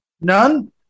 None